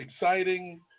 exciting